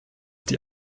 die